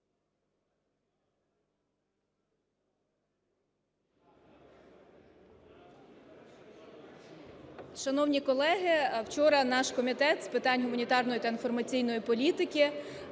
Шановні колеги, вчора наш Комітет з питань гуманітарної та інформаційної політики